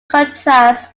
contrast